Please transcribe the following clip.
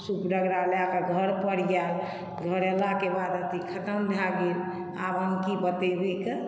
सूप डगड़ा लए कऽ घरपर आयल घर एलाके बाद अथी खतम भए गेल आब हम की बतेबैके